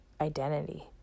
identity